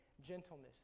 gentleness